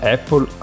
Apple